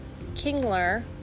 Kingler